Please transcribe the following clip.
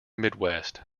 midwest